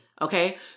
Okay